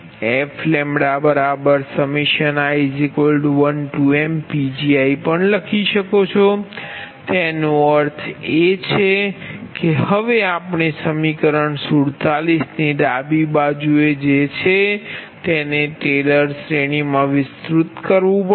તમે fi1mPgi પણ લખી શકો છો તેનો અર્થ એ કે હવે આપણે સમીકરણ47 ની ડાબી બાજુ જે છે તેને ટેલર શ્રેણીમાં વિસ્તૃત કરી શકીએ છીએ છે